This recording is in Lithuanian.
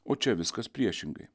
o čia viskas priešingai